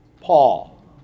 Paul